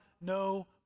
no